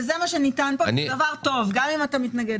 וזה מה שניתן פה, וזה דבר טוב, גם אם אתה מתנגד.